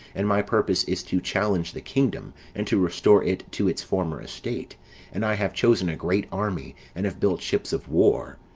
and my purpose is to challenge the kingdom, and to restore it to its former estate and i have chosen a great army, and have built ships of war.